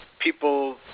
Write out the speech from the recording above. people